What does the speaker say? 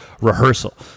rehearsal